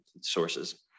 sources